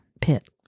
Pit